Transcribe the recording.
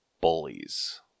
bullies